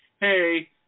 hey